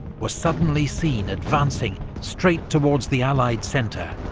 were suddenly seen advancing straight towards the allied centre.